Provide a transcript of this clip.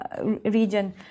Region